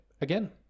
Again